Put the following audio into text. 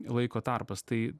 laiko tarpas tai